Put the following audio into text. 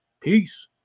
Peace